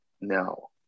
no